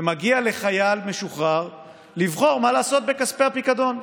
ומגיע לחייל משוחרר לבחור מה לעשות בכספי הפיקדון.